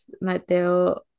mateo